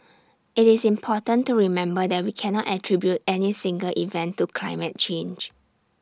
IT is important to remember that we cannot attribute any single event to climate change